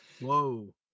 Whoa